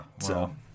Wow